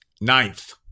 Ninth